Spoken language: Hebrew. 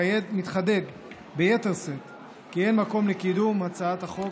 מתחדד ביתר שאת כי אין מקום לקידום הצעת החוק,